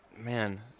man